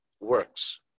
works